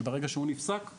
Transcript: שברגע שהוא נפסק הוא